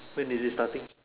when is it starting